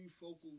focal